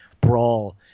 brawl